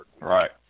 Right